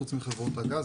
חוץ מחברות הגז,